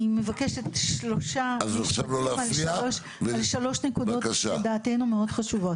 אני מבקשת שלושה משפטים על שלוש נקודות שלדעתנו מאוד חשובות.